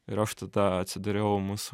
ir aš tada atsidariau mūsų